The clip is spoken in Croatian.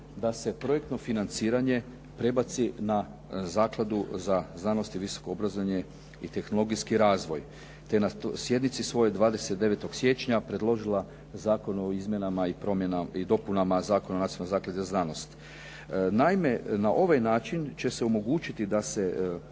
da se projektno financiranje prebaci na Zakladu za znanost i visoko obrazovanje i tehnologijski razvoj, te je na sjednici svojoj 29. siječnja predložila Zakon o izmjenama i dopunama Zakona o Nacionalnoj zakladi za znanost. Naime, na ovaj način će se omogućiti da se